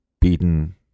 beaten